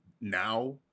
now